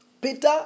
Peter